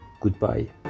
goodbye